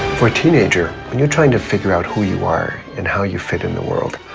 for a teenager, when you're trying to figure out who you are and how you fit in the world,